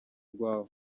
rwawe